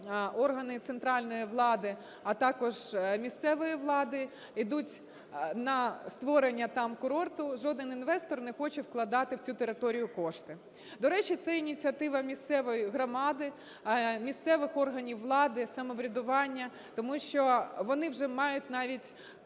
органи центральної влади, а також місцевої влади йдуть на створення там курорту, жоден інвестор не хоче вкладати в цю територію кошти. До речі, це ініціатива місцевої громади, місцевих органів влади, самоврядування, тому що вони вже мають навіть